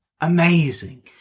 amazing